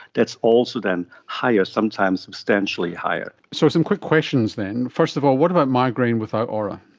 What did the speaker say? that's also then higher, sometimes substantially higher. so some quick questions then. first of all, what about migraine without aura?